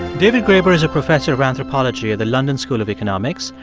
david graeber is a professor of anthropology at the london school of economics.